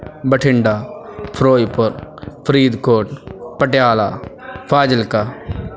Bathinda Ferozepur Faridkot Patiala Fazilka